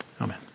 amen